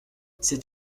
cet